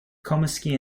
comiskey